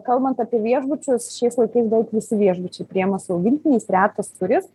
kalbant apie viešbučius šiais laikais daug visi viešbučiai priima su augintiniais retas kuris